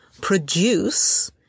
produce